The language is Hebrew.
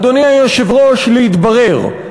אדוני היושב-ראש, להתברר.